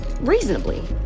reasonably